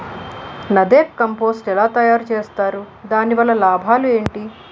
NADEP compost ఎలా తయారు చేస్తారు? దాని వల్ల లాభాలు ఏంటి?